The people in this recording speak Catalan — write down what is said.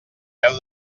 preu